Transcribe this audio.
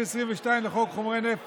הרב חיים, חוק החרם,